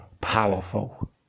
powerful